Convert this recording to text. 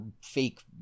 fake